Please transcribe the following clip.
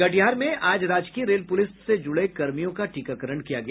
कटिहार में आज राजकीय रेल पुलिस से जुड़े कर्मियों का टीकाकरण किया गया